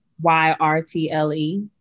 Y-R-T-L-E